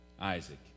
Isaac